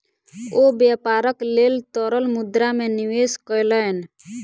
ओ व्यापारक लेल तरल मुद्रा में निवेश कयलैन